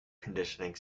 conditioning